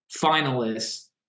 finalists